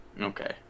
Okay